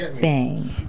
bang